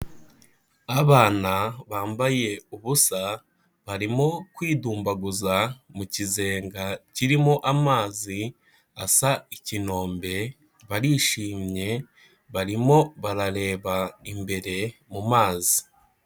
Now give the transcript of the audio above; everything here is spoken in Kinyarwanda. Abana bambaye ubusa, barimo kwidumbaguza mu kizenga kirimo amazi asa ikinombe, barishimye, barimo barareba imbere mu mazi.